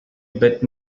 bit